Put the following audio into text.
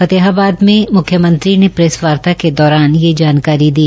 फतेहाबाद मे मुख्यमंत्री ने प्रेसवार्ता के दौरान ये जानकारी दी